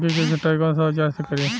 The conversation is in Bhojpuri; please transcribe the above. लौकी के कटाई कौन सा औजार से करी?